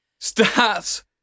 Stats